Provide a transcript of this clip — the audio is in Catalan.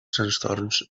trastorns